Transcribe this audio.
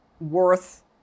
worth